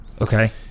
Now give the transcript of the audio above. Okay